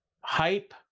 hype